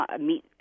meet